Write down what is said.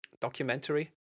documentary